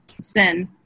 sin